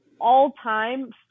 all-time